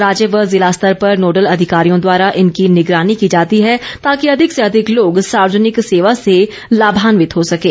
राज्य व ज़िला स्तर पर नोडल अधिकारियों द्वारा इनकी निगरानी की जाती है ताकि अधिक से अधिक लोग सार्वजनिक सेवा से लाभान्वित हो सकें